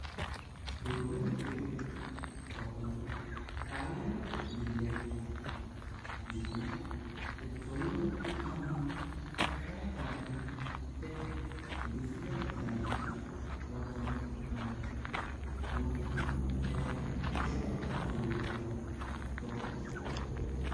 रोलरब्लाडाक सगळा टायर दिल्लें असता जायतां तें जाळून आमी एका जागी तें दुसऱ्या। जागी वचनोक मेवता पण ते कशे चालपाचो तो शिकचो।